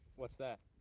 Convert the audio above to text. what's that?